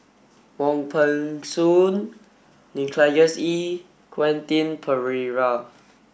Wong Peng Soon Nicholas Ee and Quentin Pereira